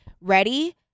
Ready